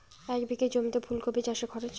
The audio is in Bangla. এক বিঘে জমিতে ফুলকপি চাষে খরচ?